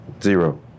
Zero